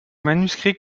manuscrits